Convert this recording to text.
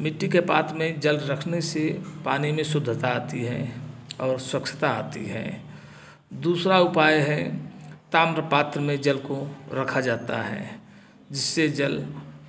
मिट्टी के पात्र में जल रखने से पानी में शुद्धता आती है और स्वच्छता आती है दूसरा उपाय है ताम्र पात्र में जल को रखा जाता है जिससे जल